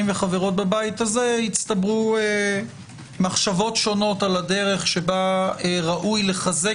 וחברות בבית הזה הצטברו מחשבות שונות על הדרך שבה ראוי לחזק